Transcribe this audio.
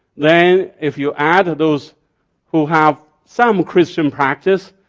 then if you add those who have some christian practice,